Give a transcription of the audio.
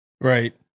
Right